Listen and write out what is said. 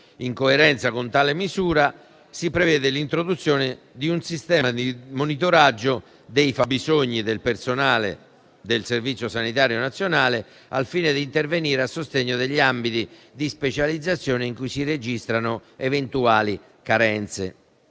In coerenza con tale misura si prevede l'introduzione di un sistema di monitoraggio dei fabbisogni del personale del Servizio sanitario nazionale, al fine di intervenire a sostegno degli ambiti di specializzazione in cui si registrano eventuali carenze.